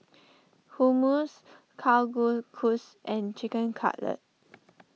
Hummus Kalguksu and Chicken Cutlet